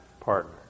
partner